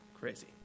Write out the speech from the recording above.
crazy